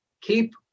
keep